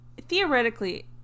theoretically